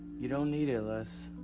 you don't need it, les.